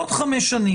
בעוד חמש שנים,